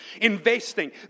investing